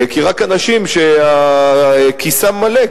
כי רק אנשים שכיסם מלא,